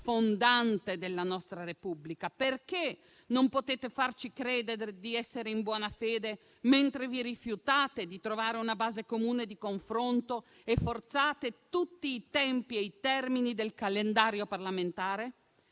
fondante della nostra Repubblica? Perché non potete farci credere di essere in buona fede, mentre vi rifiutate di trovare una base comune di confronto e forzate tutti i tempi e i termini del calendario parlamentare?